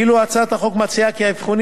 ואילו הצעת החוק מציעה כי אבחונים